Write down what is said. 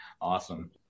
Awesome